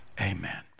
Amen